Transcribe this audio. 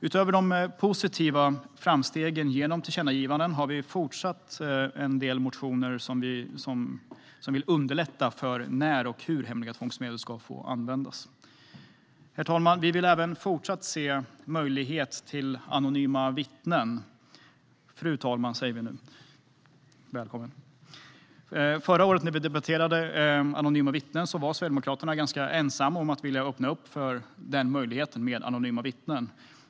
Utöver de positiva framstegen genom tillkännagivandena har vi fortsatt med en del motioner som vill underlätta för när och hur hemliga tvångsmedel ska få användas. Fru talman! Vi vill även fortsatt se möjligheten att använda anonyma vittnen. Förra året när vi debatterade anonyma vittnen var Sverigedemokraterna ganska ensamma om att vilja öppna upp för den möjligheten.